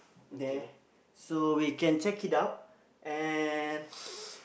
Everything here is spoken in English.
there so we can check it out and